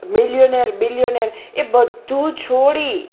millionaire billionaire એ બધું છોડી